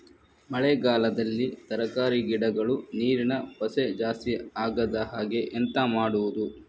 ಮಳೆಗಾಲದಲ್ಲಿ ತರಕಾರಿ ಗಿಡಗಳು ನೀರಿನ ಪಸೆ ಜಾಸ್ತಿ ಆಗದಹಾಗೆ ಎಂತ ಮಾಡುದು?